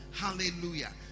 hallelujah